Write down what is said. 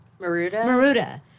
Maruda